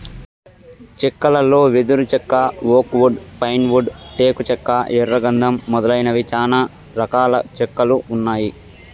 చెక్కలలో వెదురు చెక్క, ఓక్ వుడ్, పైన్ వుడ్, టేకు చెక్క, ఎర్ర గందం మొదలైనవి చానా రకాల చెక్కలు ఉన్నాయి